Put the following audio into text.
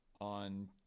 on –